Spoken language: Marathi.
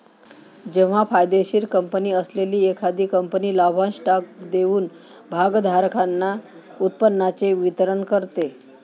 जेव्हा फायदेशीर कंपनी असलेली एखादी कंपनी लाभांश स्टॉक देऊन भागधारकांना उत्पन्नाचे वितरण करते